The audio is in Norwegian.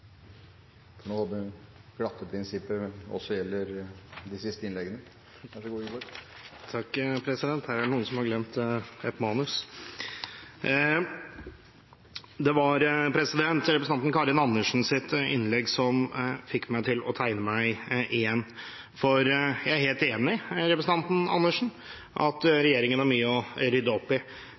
som nå – over et kalenderår. Er det rett forstått? Neste taler er representanten Erlend Wiborg, som er ordfører for saken, deretter statsråd Robert Eriksson. Presidenten håper at glatte prinsipper også gjelder de siste innleggene. Det var representanten Karin Andersens innlegg som fikk meg til å tegne meg igjen. Jeg er helt enig med representanten Andersen i at regjeringen har mye å rydde opp i.